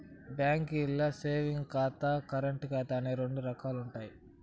బాంకీల్ల సేవింగ్స్ ఖాతా, కరెంటు ఖాతా అని రెండు రకాలుండాయి